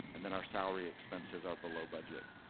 and then our salary expenses are below budget.